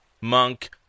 monk